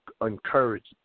encouraged